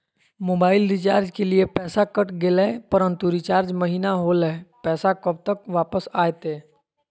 Mobile recharge के लिए पैसा कट गेलैय परंतु रिचार्ज महिना होलैय, पैसा कब तक वापस आयते?